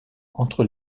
entre